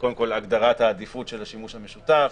קודם כול הגדרת העדיפות של השימוש המשותף,